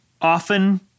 often